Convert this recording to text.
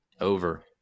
Over